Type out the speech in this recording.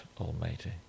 Almighty